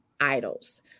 idols